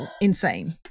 insane